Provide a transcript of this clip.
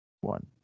one